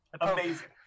Amazing